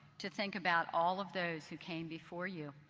to think about all of those who came before you,